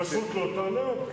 פשוט לא תעלה יותר.